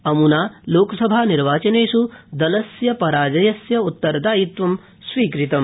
अम्ना लोकसभानिर्वाचनेष् दलस्य पराजयस्योत्तरदायित्वं स्वीकृतम्